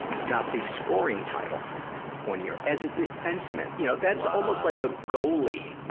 got the scoring title one year, as a defenseman. you know, that's almost like a goalie,